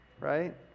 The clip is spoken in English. right